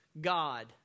God